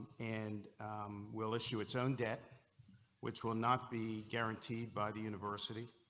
and will issue its own debt which will not be guaranteed by the university.